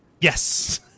yes